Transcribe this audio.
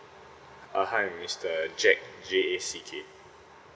uh hi I'm mister jack J A C K